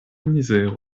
mizero